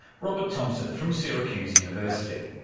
robert thompson from syracuse university.